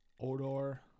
Odor